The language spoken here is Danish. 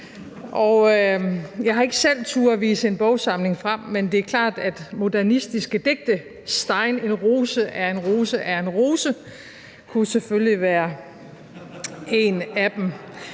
jeg har ikke selv turdet vise en bogsamling frem, men det er klart, at modernistiske digte som Steins »En rose er en rose er en rose« selvfølgelig kunne være en af dem.